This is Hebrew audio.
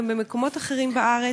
גם במקומות אחרים בארץ.